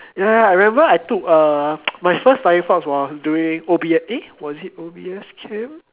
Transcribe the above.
ya ya I remember I took uh my first flying fox was doing O_B_S eh was it O_B_S camp